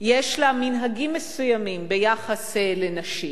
יש לה מנהגים מסוימים ביחס לנשים,